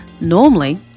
normally